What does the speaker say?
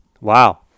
Wow